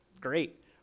great